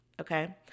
Okay